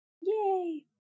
Yay